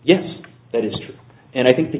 yes that is true and i think the